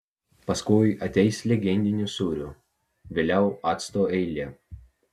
paskui ateis legendinių sūrių vėliau acto eilė